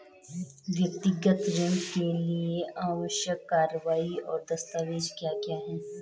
व्यक्तिगत ऋण के लिए आवश्यक कार्यवाही और दस्तावेज़ क्या क्या हैं?